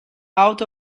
out